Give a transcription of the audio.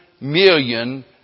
million